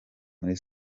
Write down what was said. muri